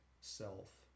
self